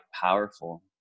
powerful